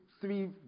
three